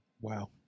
Wow